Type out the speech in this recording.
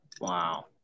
Wow